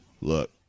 look